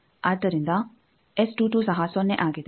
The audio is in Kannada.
ಆದ್ದರಿಂದ ಸಹ ಸೊನ್ನೆ ಆಗಿದೆ